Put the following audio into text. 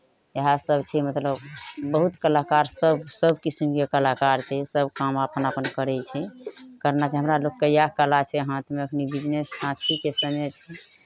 इएह सभ छै मतलब बहुत कलाकार सभ सभ किसिमके कलाकार छै सभ काम अपन अपन करै छै करना छै हमरा लोककेँ इएह कला छै हाथमे एखनि बिजनेस छाँछीके समय छै